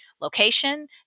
location